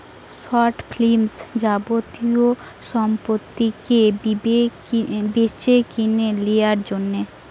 short finance যাবতীয় সম্পত্তিকে বেচেকিনে লিয়ার জন্যে